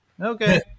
Okay